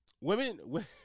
Women